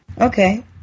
Okay